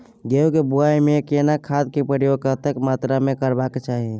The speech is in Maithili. गेहूं के बुआई में केना खाद के प्रयोग कतेक मात्रा में करबैक चाही?